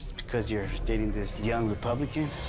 because you're dating this young republican?